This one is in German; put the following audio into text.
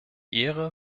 ehre